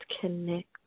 connect